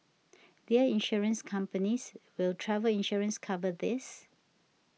dear insurance companies will travel insurance cover this